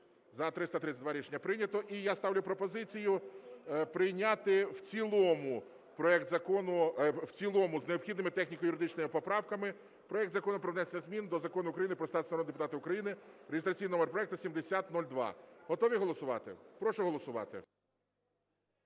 За-332 Рішення прийнято. І я ставлю пропозицію прийняти в цілому проект закону, в цілому з необхідними техніко-юридичними поправками, проект Закону про внесення змін до Закону України "Про статус народного депутата України" (реєстраційний номер проекту 7002). Готові голосувати? Прошу голосувати.